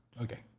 okay